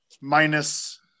minus